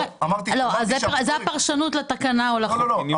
זה הפרשנות לתקנה או לחוק.